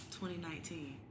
2019